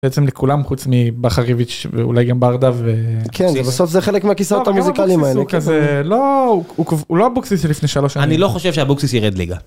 בעצם לכולם חוץ מבחר ריביץ' ואולי גם בארדה וכן זה בסוף זה חלק מהכיסאות המוזיקאליים האלה כזה לא הוא לא אבוקסיס של לפני שלוש שנים. אני לא חושב שאבוקסיס ירד ליגה.